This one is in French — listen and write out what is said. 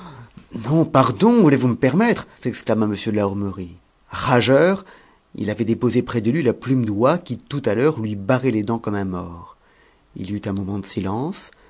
non pardon voulez-vous me permettre s'exclama m de la hourmerie rageur il avait déposé près de lui la plume d'oie qui tout à l'heure lui barrait les dents comme un mors il y eut un moment de silence